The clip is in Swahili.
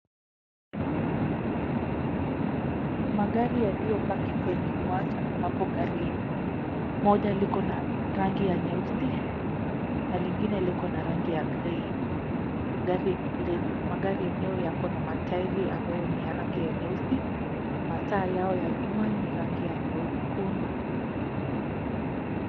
Magari yaliyopaki kwenye uwanja ambapo gari moja liko na rangi ya nyeusi na lingine liko na rangi ya grey . Magari yenyewe yako na matairi ambayo ni ya rangi ya nyeusi na mataa yao ya nyuma ni rangi ya nyekundu.